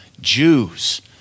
Jews